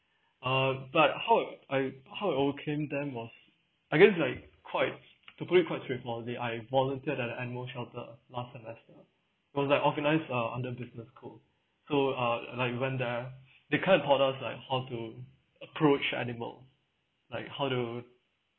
uh but how I how I overcame them ah I guess is like quite to put it quite straight forward I volunteered at the animal shelter last semester cause it's like organised uh under business school so uh like I went there they kind of taught us like how to approach animal like how to